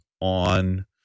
on